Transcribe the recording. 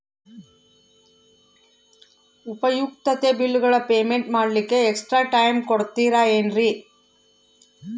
ಉಪಯುಕ್ತತೆ ಬಿಲ್ಲುಗಳ ಪೇಮೆಂಟ್ ಮಾಡ್ಲಿಕ್ಕೆ ಎಕ್ಸ್ಟ್ರಾ ಟೈಮ್ ಕೊಡ್ತೇರಾ ಏನ್ರಿ?